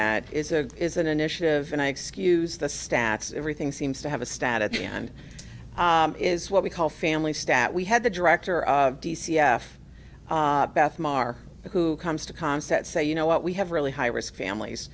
stat is a is an initiative and i excuse the stats everything seems to have a stat at the end is what we call family stat we had the director of d c s beth mar who comes to concept say you know what we have really high risk families